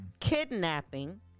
kidnapping